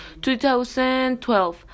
2012